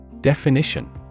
Definition